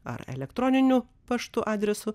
ar elektroniniu paštu adresu